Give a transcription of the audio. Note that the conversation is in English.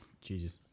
Jesus